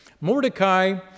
Mordecai